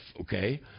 okay